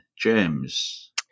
James